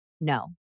No